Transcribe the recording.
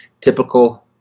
typical